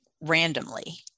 randomly